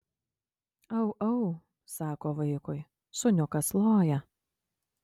au au sako vaikui šuniukas loja